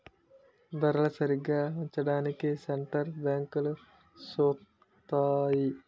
ధరలు సరిగా ఉంచడానికి సెంటర్ బ్యాంకులు సూత్తాయి